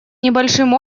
небольшим